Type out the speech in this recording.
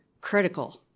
critical